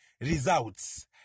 results